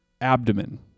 abdomen